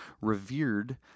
revered